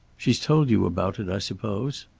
she's told you about it, i suppose?